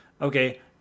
okay